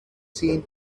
seen